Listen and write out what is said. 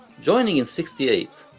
joining in sixty eight,